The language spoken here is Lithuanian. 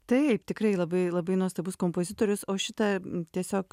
taip tikrai labai labai nuostabus kompozitorius o šitą tiesiog